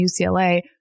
UCLA